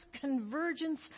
convergence